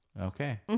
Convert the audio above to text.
Okay